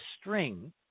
string